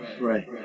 Right